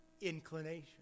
inclination